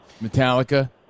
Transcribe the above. Metallica